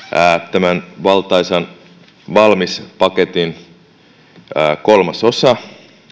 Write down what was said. tämän valtaisan valmis paketin kolmas osa